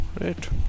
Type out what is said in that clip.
right